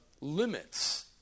limits